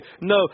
No